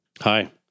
Hi